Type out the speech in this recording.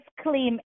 claim